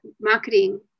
marketing